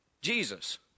Jesus